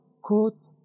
quote